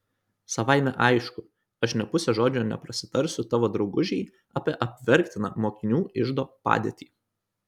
savaime aišku aš nė puse žodžio neprasitarsiu tavo draugužei apie apverktiną mokinių iždo padėtį